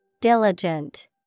Diligent